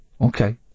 Okay